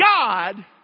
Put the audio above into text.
God